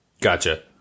Gotcha